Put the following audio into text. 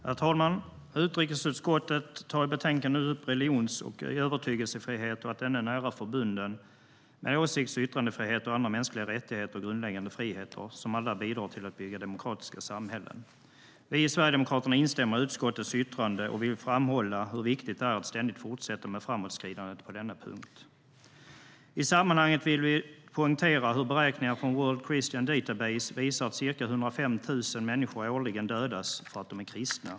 Herr talman! Utrikesutskottet tar i betänkandet upp religions och övertygelsefriheten och att den är nära förbunden med åsikts och yttrandefrihet och andra mänskliga rättigheter och grundläggande friheter som alla bidrar till att bygga demokratiska samhällen. Vi i Sverigedemokraterna instämmer i utskottets yttrande och vill framhålla hur viktigt det är att ständigt fortsätta med framåtskridandet på denna punkt. I sammanhanget vill vi poängtera hur beräkningar från World Christian Database visar att ca 105 000 människor årligen dödas för att de är kristna.